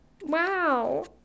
Wow